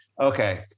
okay